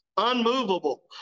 unmovable